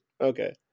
Okay